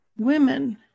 women